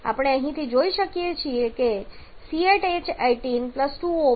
આપણે અહીંથી જોઈ શકીએ છીએ કે C8H18 2O O2 3